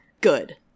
Good